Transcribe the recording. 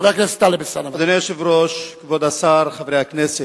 חבר הכנסת טלב אלסאנע, בבקשה.